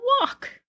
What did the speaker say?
walk